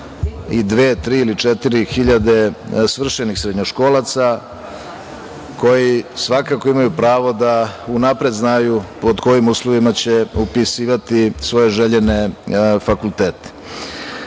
o 62, 63 ili 64 hiljade svršenih srednjoškolaca koji svakako imaju pravo da unapred znaju pod kojim uslovima će upisivati svoje željene fakultete. Izmene